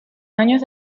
años